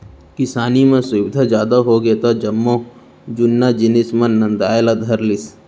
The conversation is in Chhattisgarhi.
किसानी म सुबिधा जादा होगे त जम्मो जुन्ना जिनिस मन नंदाय ला धर लिस